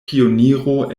pioniro